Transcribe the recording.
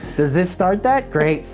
does this start that? great!